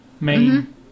main